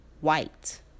white